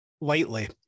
lightly